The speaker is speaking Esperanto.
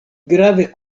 grave